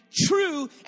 true